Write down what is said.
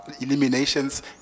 eliminations